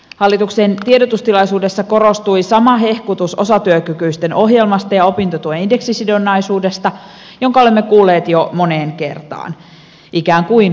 hallituksen tiedotustilaisuudessa korostui sama hehkutus osatyökykyisten ohjelmasta ja opintotuen indeksisidonnaisuudesta jonka olemme kuulleet jo moneen kertaan ikään kuin uutena asiana